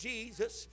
Jesus